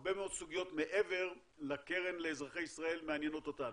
והרבה מאוד סוגיות מעבר לקרן לאזרחי ישראל מעניינות אותנו,